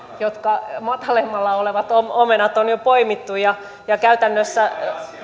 matalammalla olevat omenat on jo poimittu ja ja käytännössä